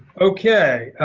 okay.